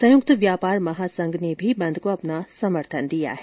संयुक्त व्यापार महासंघ ने भी बंद को अपना समर्थन दिया है